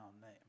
name